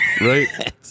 Right